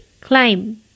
climb